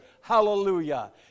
hallelujah